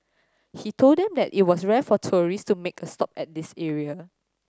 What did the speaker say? he told them that it was rare for tourist to make a stop at this area